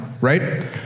Right